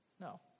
No